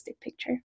picture